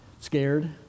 scared